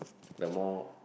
the more